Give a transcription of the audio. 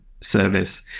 service